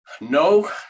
No